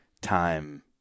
time